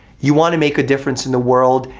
you wanna make a difference in the world,